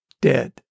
dead